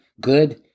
Good